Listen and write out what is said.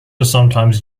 sometimes